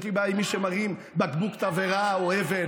יש לי בעיה עם מי שמרים בקבוק תבערה או אבן.